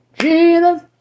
Jesus